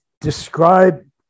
describe